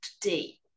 today